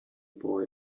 boy